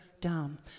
down